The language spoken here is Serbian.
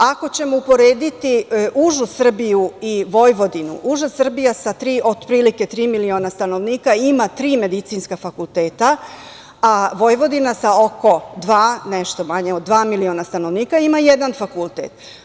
Ako ćemo uporediti užu Srbiju i Vojvodinu, uža Srbija sa otprilike tri miliona stanovnika, ima tri medicinska fakulteta, a Vojvodina sa oko nešto manje od dva miliona stanovnika, ima jedan fakultet.